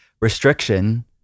restriction